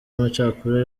amacakubiri